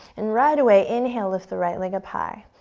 and right away, inhale, lift the right leg up high.